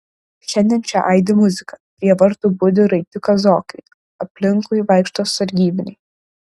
šiandien čia aidi muzika prie vartų budi raiti kazokai aplinkui vaikšto sargybiniai